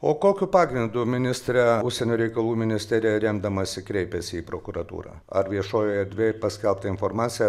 o kokiu pagrindu ministre užsienio reikalų ministerija remdamasi kreipėsi į prokuratūrą ar viešojoje erdvėj paskelbta informacija